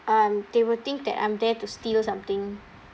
um they will think that I'm there to steal something